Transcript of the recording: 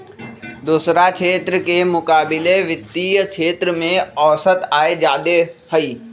दोसरा क्षेत्र के मुकाबिले वित्तीय क्षेत्र में औसत आय जादे हई